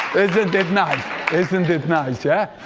isn't it nice isn't it nice, yeah?